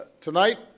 Tonight